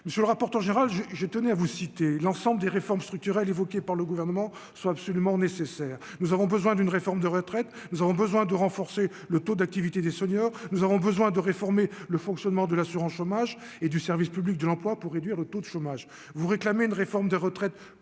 monsieur le rapporteur général je je tenais à vous citez l'ensemble des réformes structurelles évoquées par le gouvernement soit absolument nécessaire, nous avons besoin d'une réforme de retraites, nous avons besoin de renforcer le taux d'activité des seniors, nous avons besoin de réformer le fonctionnement de l'assurance chômage et du service public de l'emploi pour réduire le taux de chômage vous réclamer une réforme des retraites